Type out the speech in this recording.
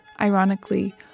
ironically